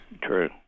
True